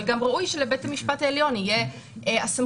אבל גם ראוי שלבית המשפט העליון תהיה הסמכות